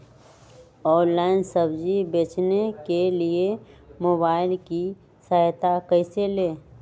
Online सब्जी बेचने के लिए मोबाईल की सहायता कैसे ले?